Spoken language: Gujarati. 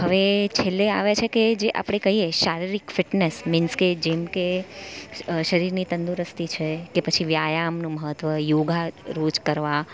હવે છેલ્લે આવે છે કે જે આપડે કહીએ શારીરિક ફિટનેસ મિન્સ કે જેમ કે શરીરની તંદુરસ્તી છે કે પછી વ્યાયામનું મહત્વ યોગા રોજ કરવા